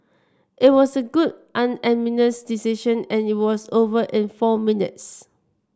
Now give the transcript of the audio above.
it was a good unanimous decision and it was over in four minutes